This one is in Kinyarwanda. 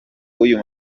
w’uyu